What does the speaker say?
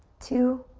two,